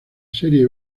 serie